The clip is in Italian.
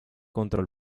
contro